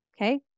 Okay